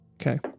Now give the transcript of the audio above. Okay